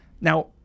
Now